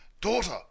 daughter